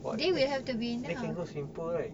what eh they can go swimming pool right